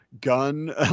gun